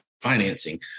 financing